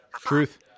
Truth